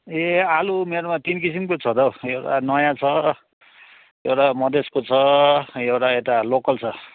ए आलु मेरोमा तिन किसिमको छ त हो एउटा नयाँ छ एउटा मधेसको छ एउटा यता लोकल छ